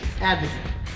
advocate